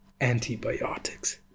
antibiotics